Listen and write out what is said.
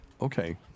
Okay